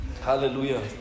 Hallelujah